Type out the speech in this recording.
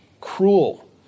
cruel